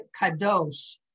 kadosh